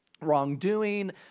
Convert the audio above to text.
wrongdoing